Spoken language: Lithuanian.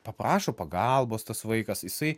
paprašo pagalbos tas vaikas jisai